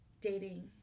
dating